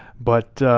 but